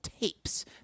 tapes